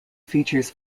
features